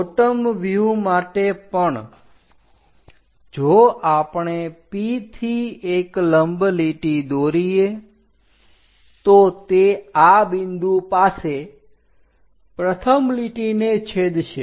bottom વ્યુહ માટે પણ જો આપણે Pથી એક લંબ લીટી દોરીએ તો તે આ બિંદુ પાસે પ્રથમ લીટીને છેદશે